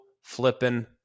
flipping